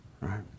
right